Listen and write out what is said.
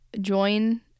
join